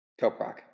Toprock